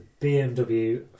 BMW